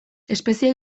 espezie